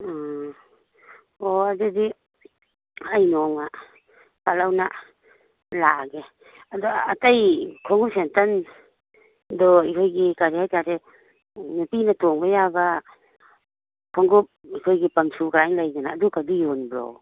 ꯎꯝ ꯑꯣ ꯑꯗꯨꯗꯤ ꯑꯩ ꯅꯣꯡꯃ ꯐꯠ ꯂꯥꯎꯅ ꯂꯥꯛꯑꯒꯦ ꯑꯗꯣ ꯑꯇꯩ ꯈꯣꯡꯎꯞ ꯁꯦꯟꯗꯟꯗꯣ ꯑꯩꯈꯣꯏꯒꯤ ꯀꯔꯤ ꯍꯥꯏꯇꯥꯔꯦ ꯅꯨꯄꯤꯅ ꯇꯣꯡꯕ ꯌꯥꯕ ꯈꯣꯡꯎꯞ ꯑꯩꯈꯣꯏꯒꯤ ꯄꯝ ꯁꯨ ꯀꯥꯏꯅ ꯂꯩꯗꯅ ꯑꯗꯨꯀꯗꯤ ꯌꯣꯟꯕ꯭ꯔꯣ